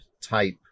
type